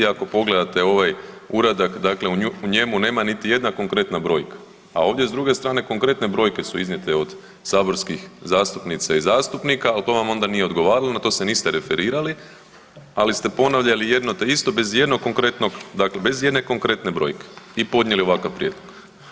Ako pogledate ovaj uradak, dakle u njemu nema niti jedna konkretna brojka, a ovdje s druge strane konkretne brojke su iznijete od saborskih zastupnica i zastupnika, al to vam onda nije odgovaralo, na to se niste referirali, ali ste ponavljali jedno te isto bez ijednog konkretnog, dakle bez ijedne konkretne brojke i podnijeli ovakav prijedlog.